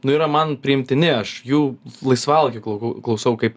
nu yra man priimtini aš jų laisvalaikiu klaukau klausau kaip